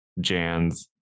Jan's